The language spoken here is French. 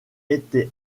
était